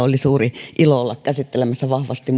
oli suuri ilo olla mukana käsittelemässä vahvasti